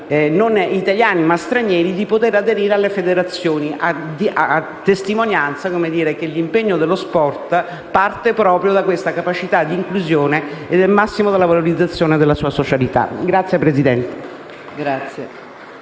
non italiani ma stranieri di aderire alle federazioni, a testimonianza che l'impegno dello sport parte proprio da questa capacità di inclusione dalla valorizzazione della socialità. *(Applausi